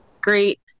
great